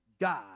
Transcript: God